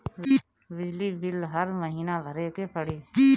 बिजली बिल हर महीना भरे के पड़ी?